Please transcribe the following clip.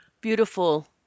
Beautiful